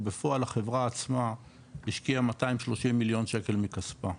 ובפועל החברה עצמה השקיעה 230 מיליון שקל מכספה.